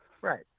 Right